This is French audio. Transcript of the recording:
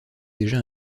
déjà